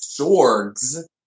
Sorg's